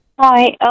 Hi